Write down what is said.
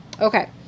Okay